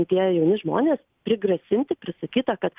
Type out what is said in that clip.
kai tie jauni žmonės prigrasinti prisakyta kad